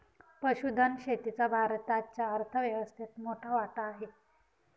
पशुधन शेतीचा भारताच्या अर्थव्यवस्थेत मोठा वाटा आहे